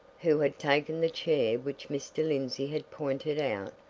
who had taken the chair which mr. lindsey had pointed out,